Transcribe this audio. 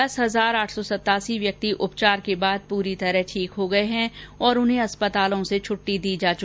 दस हजार आठ सौ सतासी व्यक्ति उपचार के बाद पूरी तरह ठीक हो गए हैं और उन्हें अस्पतालों से छुट्टी दी जा चुकी है